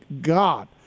God